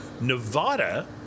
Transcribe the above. Nevada